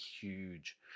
huge